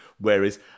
Whereas